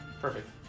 Perfect